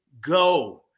go